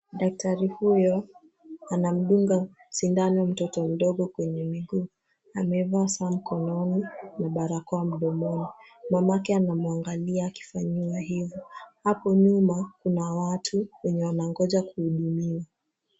Daktari huyo anamdunga sindano mtoto mdogo kwenye miguu. Amevaa saa mkononi na barakoa mdomoni. Mamake anamwangalia akifanyiwa hivyo. Hapo nyuma kuna watu wenye wanangoja kuhudumiwa.